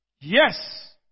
Yes